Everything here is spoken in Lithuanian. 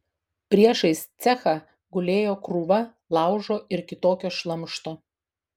priešais cechą gulėjo krūva laužo ir kitokio šlamšto